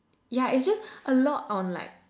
yeah it's just a lot on like